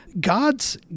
God's